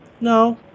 No